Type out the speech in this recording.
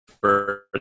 first